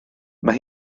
mae